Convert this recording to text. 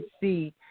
see